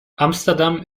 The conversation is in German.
amsterdam